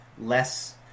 less